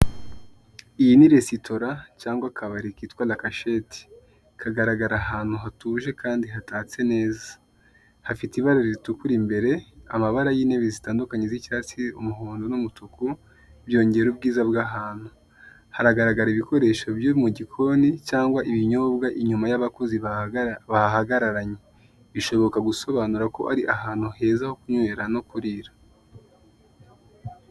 Aha ni mU iduka ritoya ricuruza amata ndetse n'ibiyakomokaho by'uruganda rwa Nyanza .Hariho uburyo bwo kwishyura igihe umuntu aguze amata Kandi adafite amafaranga mu ntoki.